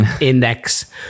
index